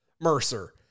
Mercer